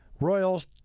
Royals